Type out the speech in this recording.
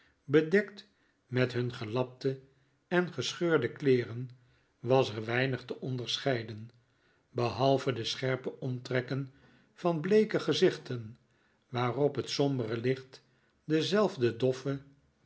bedekt met hun gelapte en gescheurde kleeren was er weinig te onderscheiden behalve de scherpe omtrekken van bleeke gezichten waarop het sombere licht dezelfde doffe